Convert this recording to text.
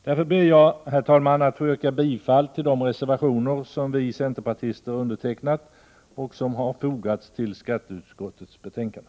Därför ber jag, herr talman, att få yrka bifall till de reservationer som vi centerpartister har undertecknat och fogat till skatteutskottets betänkande.